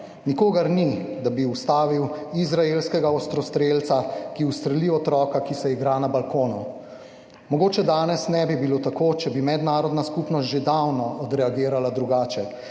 Nikogar ni, da bi ustavil izraelskega ostrostrelca, ki ustreli otroka, ki se igra na balkonu. Mogoče danes ne bi bilo tako, če bi mednarodna skupnost že davno odreagirala drugače.